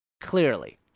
Clearly